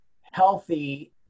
healthy